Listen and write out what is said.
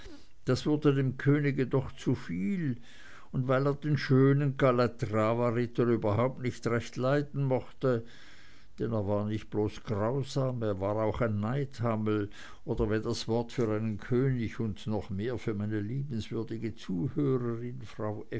das wurde dem könig doch zuviel und weil er den schönen kalatravaritter überhaupt nicht recht leiden mochte denn er war nicht bloß grausam er war auch ein neidhammel oder wenn das wort für einen könig und noch mehr für meine liebenswürdige zuhörerin frau